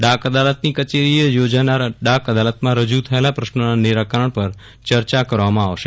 ડાકઅદાલતની કચેરીએ યોજાનાર ડાકઅદાલતમાં રજુ થયેલા પ્રશ્નોના નિરાકરણ પર ચર્ચા કરવામાં આવશે